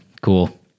cool